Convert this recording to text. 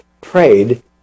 prayed